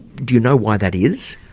do you know why that is?